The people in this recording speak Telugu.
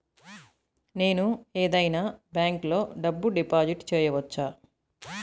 నేను ఏదైనా బ్యాంక్లో డబ్బు డిపాజిట్ చేయవచ్చా?